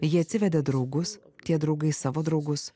jie atsivedė draugus tie draugai savo draugus